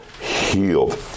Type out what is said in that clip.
healed